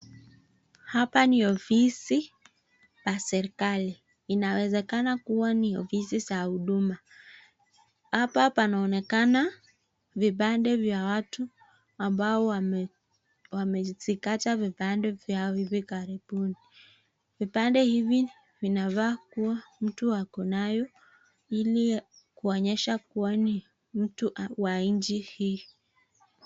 Hapa ni ofisi la serekali inawezekana kuwa ni ofisi za huduma. Hapa panaonekana vipande vya watu ambao wamezikata vipande vyao hivi karibuni. Vipande hivi vinafaa kuwa mtu ako nayo ili kuonyesha kuwa ni mtu wa nchi hii.